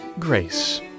Grace